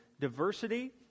diversity